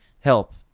help